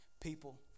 people